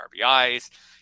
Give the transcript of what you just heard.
RBIs